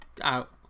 out